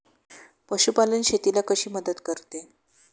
पशुपालन शेतीला कशी मदत करते?